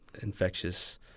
infectious